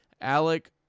Alec